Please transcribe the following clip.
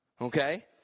okay